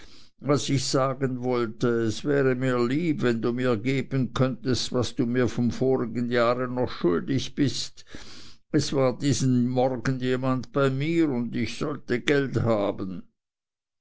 was ich sagen wollte es wäre mir lieb wenn du mir geben könntest was du mir vom vorigen jahre noch schuldig bist es war diesen morgen jemand bei mir und ich sollte geld haben